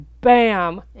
bam